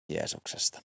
Jeesuksesta